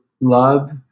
love